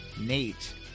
nate